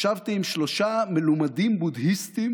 ישבתי עם שלושה מלומדים בודהיסטים